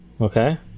Okay